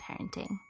parenting